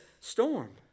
storm